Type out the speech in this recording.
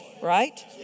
Right